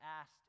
asked